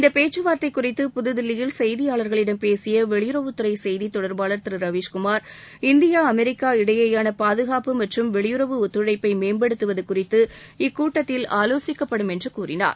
இந்த பேச்சுவார்த்தை குறித்து புதுதில்லியில் செய்தியாளர்களிடம் பேசிய வெளியுறவுத்துறை செய்தித் தொடர்பாளர் திரு ரவீஸ்குமார் இந்தியா அமெரிக்கா இடையேயான பாதுகாப்பு மற்றும் வெளியுறவு ஒத்துழைப்பை மேம்படுத்துவது குறித்து இக்கூட்டத்தில் ஆலோசிக்கப்படும் என்று கூறினார்